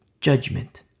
Judgment